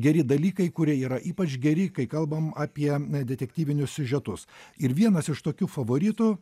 geri dalykai kurie yra ypač geri kai kalbam apie detektyvinius siužetus ir vienas iš tokių favoritų